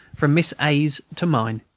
from miss a s to mine.